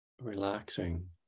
relaxing